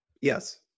Yes